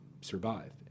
survive